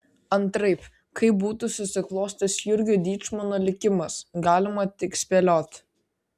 antraip kaip būtų susiklostęs jurgio dyčmono likimas galima tik spėlioti